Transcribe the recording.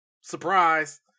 Surprise